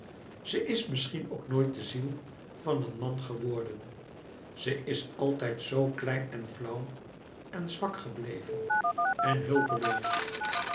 ze is misschien ook nooit de ziel van een man geworden ze is altijd zoo klein en flauw en zwak gebleven en hulpeloos